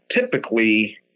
typically